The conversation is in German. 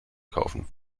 kaufen